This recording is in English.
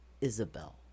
Isabel